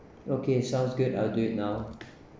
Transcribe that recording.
okay sounds good I'll do it now